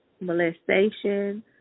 molestation